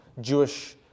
Jewish